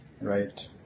Right